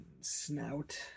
snout